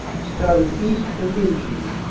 started east from inchy,